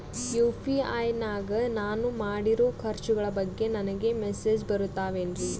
UPI ನಾಗ ನಾನು ಮಾಡಿರೋ ಖರ್ಚುಗಳ ಬಗ್ಗೆ ನನಗೆ ಮೆಸೇಜ್ ಬರುತ್ತಾವೇನ್ರಿ?